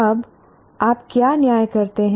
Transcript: अब आप क्या न्याय करते हैं